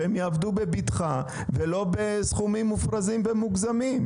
שהם יעבדו בבטחה ולא בסכומים מופרזים ומוגזמים.